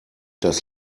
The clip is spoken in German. das